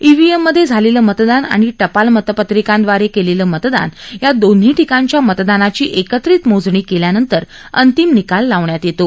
EVM मध्ये झालेलं मतदान आणि टपाल मतपत्रिकांद्वारे केलेलं मतदान या दोन्ही ठिकाणच्या मतदानाची एकत्रित मोजणी केल्यानंतर अंतिम निकाल लावण्यात येतो